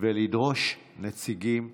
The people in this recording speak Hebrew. ולדרוש נציגים מהאוצר.